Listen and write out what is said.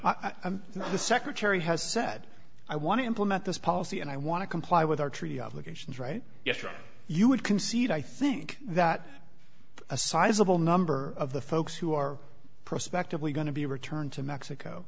the secretary has said i want to implement this policy and i want to comply with our treaty obligations right yes you would concede i think that a sizeable number of the folks who are prospectively going to be returned to mexico